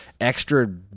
extra